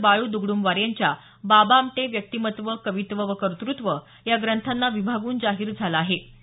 बाळू द्गडुमवार यांच्या बाबा आमटे व्यक्तिमत्व कवित्व व कर्तृत्व या ग्रंथांना विभागून जाहीर झाला आजे